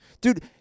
Dude